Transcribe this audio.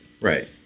right